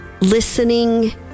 listening